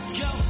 go